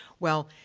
well,